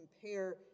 compare